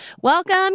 Welcome